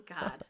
god